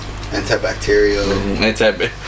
Antibacterial